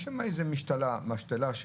שיש שם איזו משתלה שנמצאת,